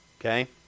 Okay